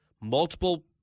multiple